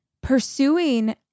pursuing